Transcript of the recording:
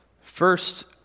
First